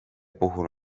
puhul